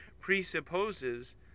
presupposes